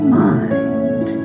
mind